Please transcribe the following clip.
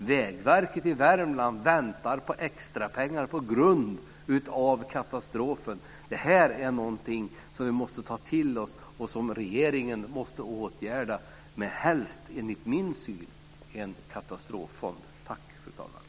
Vägverket i Värmland väntar på extrapengar på grund av katastrofen. Det är någonting som vi måste ta till oss och som regeringen måste åtgärda. Helst, enligt min syn, ska det vara med hjälp av en katastroffond.